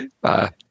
Bye